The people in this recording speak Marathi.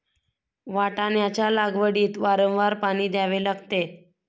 वाटाण्याच्या लागवडीत वारंवार पाणी द्यावे लागते